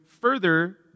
further